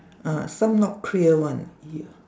ah some not clear one ya